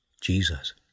Jesus